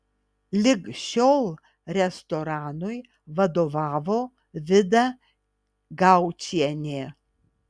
lig šiol restoranui vadovavo vida gaučienė